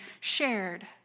shared